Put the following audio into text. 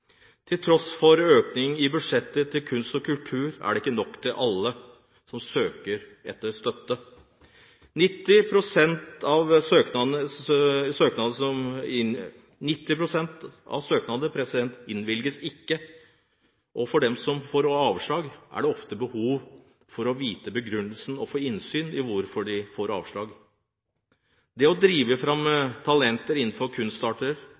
Til tross for økning i budsjettet til kunst og kultur er det ikke nok til alle som søker om støtte. 90 pst. av søknadene innvilges ikke, og for dem som får avslag, er det ofte behov for å vite begrunnelsen og få innsyn i hvorfor de får avslag. Det å drive fram talenter innenfor